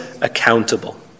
accountable